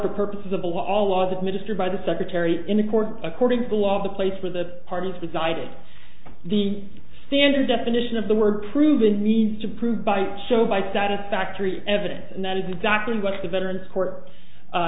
purposes of all laws of minister by the secretary in a court according to the law of the place where the parties beside the standard definition of the word prove a need to prove by show by satisfactory evidence and that is exactly what the veterans court